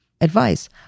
advice